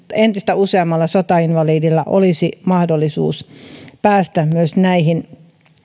entistä useammalla sotainvalidilla olisi mahdollisuus päästä myös näihin